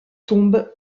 tombe